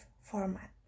format